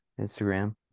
Instagram